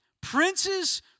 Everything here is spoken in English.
Princes